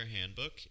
handbook